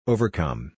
Overcome